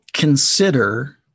Consider